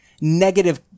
negative